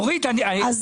אורית, מספיק.